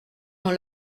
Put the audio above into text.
dans